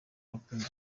abakunzi